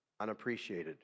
unappreciated